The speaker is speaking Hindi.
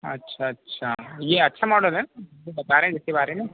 अच्छा अच्छा ये अच्छा मॉडल है जो बता रहे हैं जिस के बारें में